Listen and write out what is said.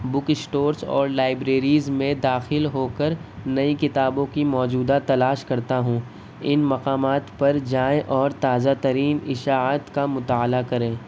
بک stores اور لائبریریز میں داخل ہوکر نئی کتابوں کی موجودہ تلاش کرتا ہوں ان مقامات پر جائیں اور تازہ ترین اشاعت کا مطالعہ کریں